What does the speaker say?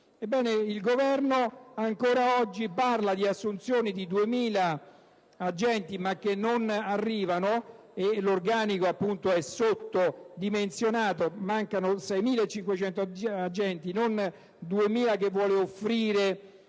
il Governo ancora oggi parla di assunzioni di 2.000 agenti, che non arrivano, e l'organico appunto è sottodimensionato; mancano 6.500 agenti non i 2.000, che vuole offrire